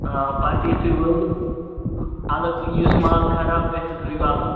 آ پَتہٕ یِتھُے وٲلِو تہٕ اَلگ یُس مال خراب گژھِ سُہ تھٲوِو اَلگ